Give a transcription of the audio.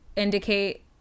indicate